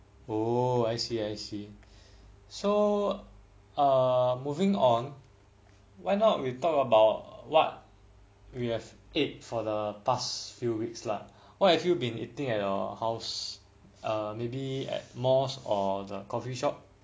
oh I see I see so err moving on why not we talk about what we have ate for the past few weeks lah what have you been eating at your house err maybe at most of the coffeeshop